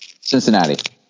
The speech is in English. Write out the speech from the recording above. Cincinnati